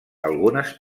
algunes